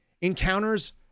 Encounters